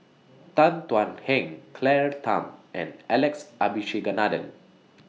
Tan Thuan Heng Claire Tham and Alex Abisheganaden